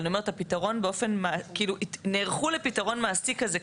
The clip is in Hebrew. אבל אני אומרת נערכו לפתרון מעשי כזה כבר.